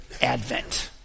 advent